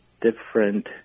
different